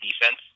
defense